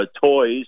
toys